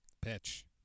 Pitch